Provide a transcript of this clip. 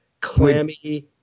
clammy